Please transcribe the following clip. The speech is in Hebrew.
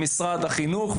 במשרד החינוך.